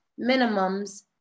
minimums